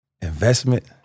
investment